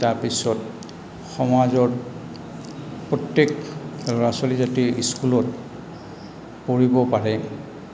তাৰপিছত সমাজত প্ৰত্যেক ল'ৰা ছোৱালী জাতিৰ স্কুলত পঢ়িব পাৰে